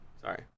Sorry